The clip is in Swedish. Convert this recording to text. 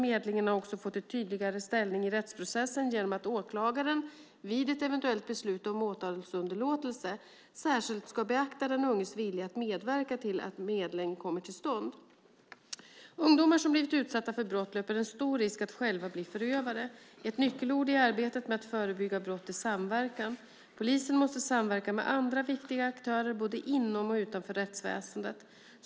Medlingen har också fått en tydligare ställning i rättsprocessen genom att åklagaren vid ett eventuellt beslut om åtalsunderlåtelse särskilt ska beakta den unges vilja att medverka till att medling kommer till stånd. Ungdomar som blivit utsatta för brott löper en stor risk att själva bli förövare. Ett nyckelord i arbetet med att förebygga brott är samverkan. Polisen måste samverka med andra viktiga aktörer både inom och utanför rättsväsendet.